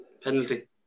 penalty